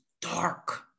dark